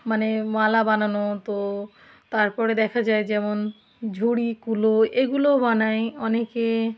মানে মালা বানানো তো তারপরে দেখা যায় যেমন ঝুড়ি কুলো এগুলোও বানায় অনেকে